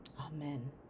Amen